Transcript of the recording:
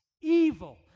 evil